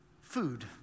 Food